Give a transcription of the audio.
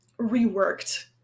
reworked